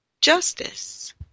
justice